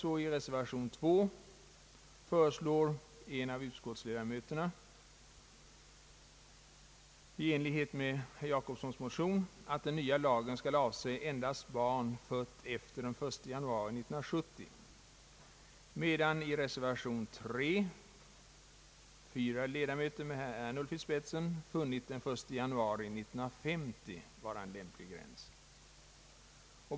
Som vi har hört föreslår en av utskottsledamöterna i reservationen 2 i enlighet med herr Jacobssons motion att den nya lagen skall avse endast barn fött efter den 1 januari 1970, medan fyra ledamöter i reservationen 3 funnit den 1 januari 1950 vara en lämplig gräns.